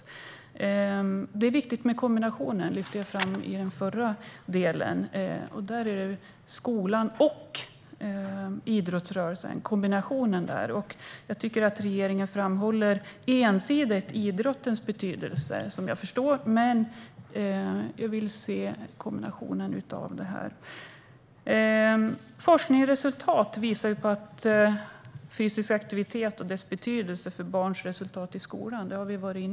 Att det är viktigt med kombinationen skola och idrottsrörelse lyfte jag fram i mitt förra inlägg. Regeringen framhåller ensidigt idrottens betydelse, men jag vill som sagt se en kombination. Vi har varit inne på att forskningsresultat visar att fysisk aktivitet har betydelse för barns resultat i skolan.